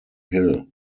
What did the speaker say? hill